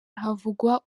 havugwa